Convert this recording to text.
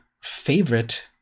favorite